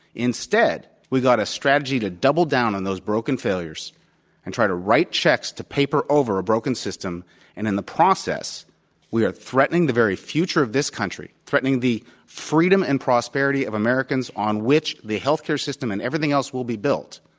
instead we got a strategy to double down on those broken failures and try to write checks to paper over a broken system and in the process we are threatening the very future of this country, threatening the freedom and prosperity of americans on which the healthcare system and everything else will be built.